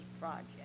project